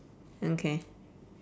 okay